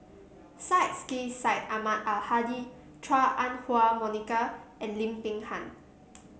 Syed Sheikh Syed Ahmad Al Hadi Chua Ah Huwa Monica and Lim Peng Han